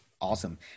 Awesome